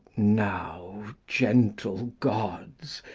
now, gentle gods,